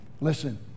Listen